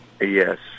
Yes